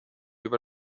über